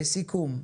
לסיכום,